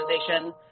organization